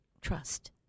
trust